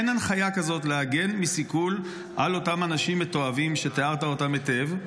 אין הנחיה כזאת להגן מסיכול על אותם אנשים מתועבים שתיארת היטב.